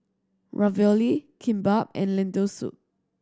Ravioli Kimbap and Lentil Soup